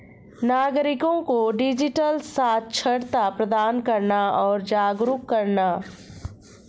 नागरिको को डिजिटल साक्षरता प्रदान करना और जागरूक करना